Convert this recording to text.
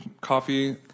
coffee